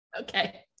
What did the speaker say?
Okay